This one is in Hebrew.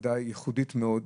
ועדה ייחודית מאוד.